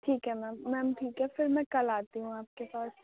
ٹھیک ہے ma'am ma'am ٹھیک ہے پھر میں کل آتی ہوں آپ کے پاس